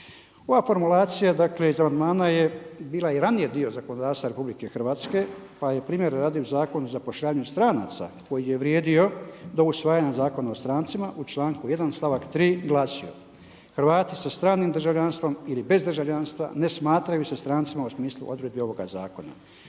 Ova formulacija dakle iz amandmana je bila i ranije dio zakonodavstva RH pa je primjer …/Govornik se ne razumije./… Zakonu zapošljavanju stranaca koji je vrijedio do usvajanja Zakona o strancima, u članku 1. stavak 3. glasio: „Hrvati sa stranim državljanstvom ili bez državljanstva ne smatraju se strancima u smislu odredbi ovoga zakona.“.